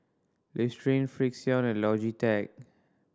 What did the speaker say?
Listerine Frixion and Logitech